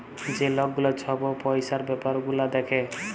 যে লক গুলা ছব পইসার ব্যাপার গুলা দ্যাখে